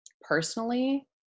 personally